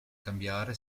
cambiare